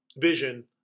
vision